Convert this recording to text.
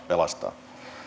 pelastaa